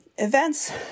events